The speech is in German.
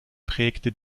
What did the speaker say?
prägte